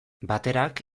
baterak